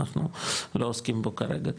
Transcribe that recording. אנחנו לא עוסקים בו כרגע כאן.